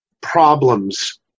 problems